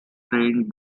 trained